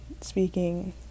speaking